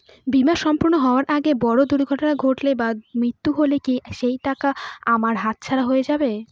বীমা সম্পূর্ণ হওয়ার আগে বড় দুর্ঘটনা ঘটলে বা মৃত্যু হলে কি সেইটাকা আমার হাতছাড়া হয়ে যাবে?